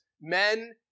men